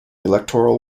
electoral